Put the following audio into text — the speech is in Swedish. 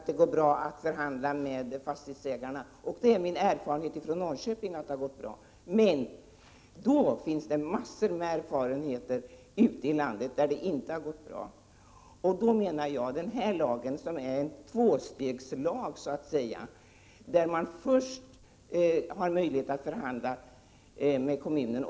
Röj(cordragetallall Herr talman! Det har påtalats här flera gånger att jag har sagt att det går (RRETVEYKGRR DOSA ÖR bra att förhandla med fastighetsägarna. Ja, det är min erfarenhet att det har TEROSAINE TNE gått bra i Norrköping, men på många andra håll i landet har det inte lyckats lika bra. Denna lag är en tvåstegslag, där man först har möjlighet att förhandla med kommunen.